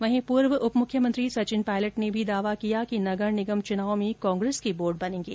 वहीं पूर्व उप मुख्यमंत्री सचिन पायलट ने भी दावा किया है कि नगर निगम चुनाव में कांग्रेस के बोर्ड बनेंगे